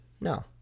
no